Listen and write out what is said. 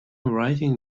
writing